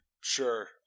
Sure